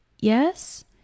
yes